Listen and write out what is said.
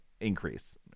increase